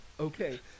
okay